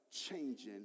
Changing